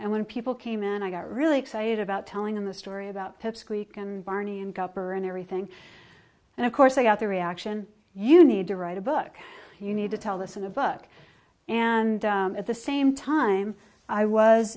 and when people came and i got really excited about telling them the story about pipsqueak and barney and cupper and everything and of course i got the reaction you need to write a book you need to tell this in a book and at the same time i was